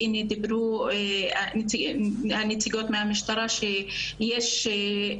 הנה, דיברו הנציגות מהמשטרה ואמרו שיש שינוי.